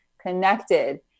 connected